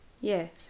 Yes